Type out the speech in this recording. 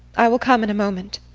i will come in a moment.